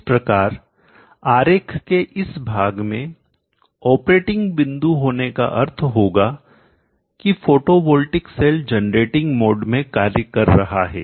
इस प्रकार आरेख के इस भाग में ऑपरेटिंग बिंदु होने का अर्थ होगा कि फोटोवॉल्टिक सेल जनरेटिंग मोड में कार्य कर रहा है